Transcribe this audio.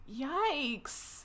yikes